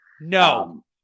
No